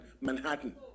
Manhattan